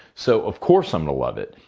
so of course i'm gonna love it.